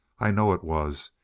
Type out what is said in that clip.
i know it was.